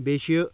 بیٚیہِ چھُ یہِ